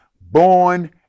born